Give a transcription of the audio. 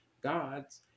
gods